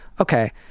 Okay